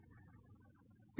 ছাত্র হ্যাঁ